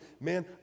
Man